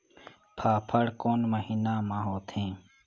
फाफण कोन महीना म होथे?